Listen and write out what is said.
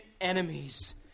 enemies